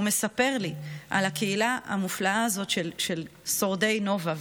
והוא מספר לי על הקהילה המופלאה הזאת של שורדי נובה,